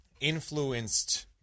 influenced